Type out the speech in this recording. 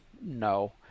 No